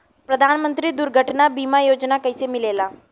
प्रधानमंत्री दुर्घटना बीमा योजना कैसे मिलेला?